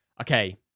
Okay